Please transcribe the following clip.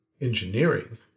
engineering